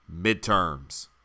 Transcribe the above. Midterms